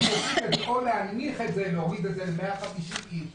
או להקטין את מספר המוזמנים ל-150 איש.